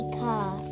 car